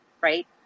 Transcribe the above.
right